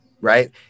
Right